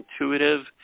intuitive